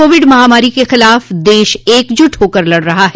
Covid महामारी के खिलाफ देश एकजुट होकर लड़ रहा है